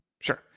sure